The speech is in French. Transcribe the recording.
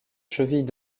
chevilles